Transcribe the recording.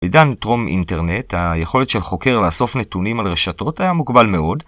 עידן טרום אינטרנט, היכולת של חוקר לאסוף נתונים על רשתות היה מוגבל מאוד